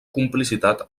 complicitat